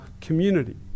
community